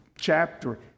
chapter